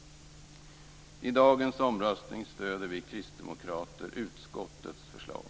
I dagens omröstning stöder vi kristdemokrater utskottets förslag.